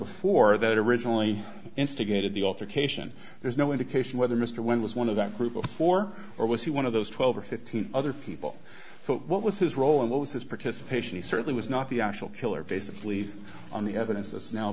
of four that originally instigated the altercation there's no indication whether mr went was one of that group of four or was he one of those twelve or fifteen other people what was his role and what was his participation he certainly was not the actual killer basically on the evidence as now